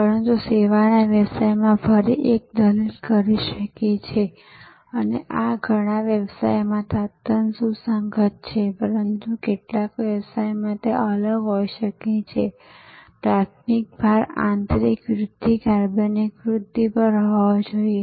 પરંતુ સેવાના વ્યવસાયમાં ફરી એક દલીલ કરી શકે છે અને આ ઘણા વ્યવસાયોમાં તદ્દન સુસંગત છે પરંતુ કેટલાક વ્યવસાયોમાં તે અલગ હોઈ શકે છે કે પ્રાથમિક ભાર આંતરિક વૃદ્ધિ કાર્બનિક વૃદ્ધિ પર હોવો જોઈએ